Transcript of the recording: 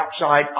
outside